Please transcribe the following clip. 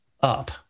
up